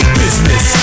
business